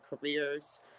careers